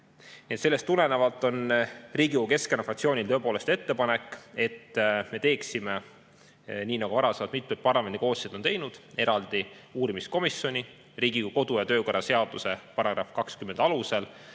Sellest tulenevalt on Riigikogu Keskerakonna fraktsioonil tõepoolest ettepanek, et me teeksime – nii nagu varasemalt mitmed parlamendikoosseisud on teinud – eraldi uurimiskomisjoni Riigikogu kodu- ja töökorra seaduse § 20 alusel.